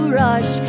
rush